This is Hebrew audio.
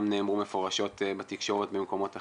נאמרו מפורשות בתקשורת במקומות אחרים,